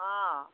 অঁ